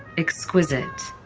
exquisite,